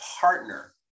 partner